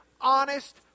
honest